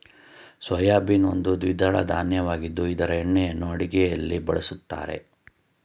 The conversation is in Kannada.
ಸೋಯಾಬೀನ್ ಒಂದು ದ್ವಿದಳ ಧಾನ್ಯವಾಗಿದ್ದು ಇದರ ಎಣ್ಣೆಯನ್ನು ಅಡುಗೆಯಲ್ಲಿ ಬಳ್ಸತ್ತರೆ